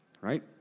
right